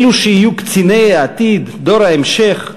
אלו שיהיו קציני העתיד, דור ההמשך,